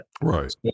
Right